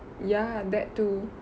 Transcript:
ya that too